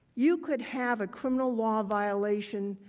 you can have a criminal law violation.